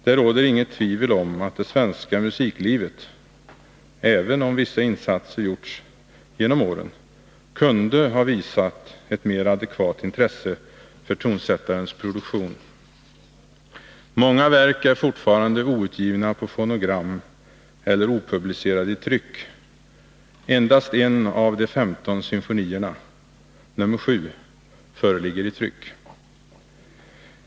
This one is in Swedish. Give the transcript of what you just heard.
Det råder inget tvivel om att det svenska musiklivet — även om vissa insatser gjorts genom åren — kunde ha visat ett mera adekvat intresse för tonsättarens produktion. Många verk är fortfarande outgivna på fonogram eller opublicerade i tryck. Endast en av de 15 symfonierna, nr 7, föreligger i tryck.